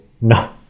No